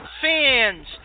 fans